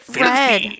red